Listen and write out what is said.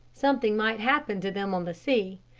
something might happen to them on the sea.